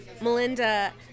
Melinda